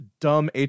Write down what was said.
dumb